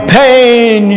pain